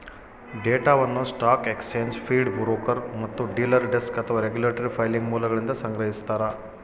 ಡೇಟಾವನ್ನು stock exchange feed broker ಮತ್ತು dealer desk ಅಥವಾ ರೆಗ್ಯುಲೇಟರಿ ಫೈಲಿಂಗ್ ಮೂಲಗಳಿಂದ ಸಂಗ್ರಹಿಸ್ತಾರ